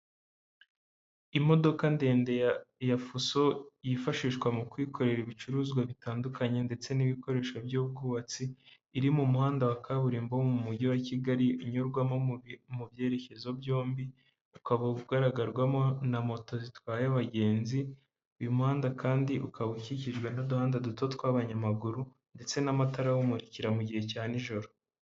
Imodoka ndende ya fuso, yifashishwa mu kwikorera ibicuruzwa bitandukanye, ndetse n'ibikoresho by'ubwubatsi, iri mu muhanda wa kaburimbo wo mu mujyi wa Kigali, unyurwamo mu byerekezo byombi, ukaba ugaragarwamo na moto zitwaye abagenzi, uyu muhanda kandi ukaba ukikijwe n'uduhanda duto tw'abanyamaguru, ndetse n'amatara awumurikira mu gihe cya nijoro.